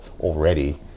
already-